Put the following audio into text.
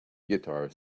guitar